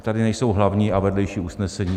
Tady nejsou hlavní a vedlejší usnesení.